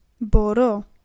BORO